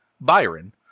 Byron